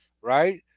right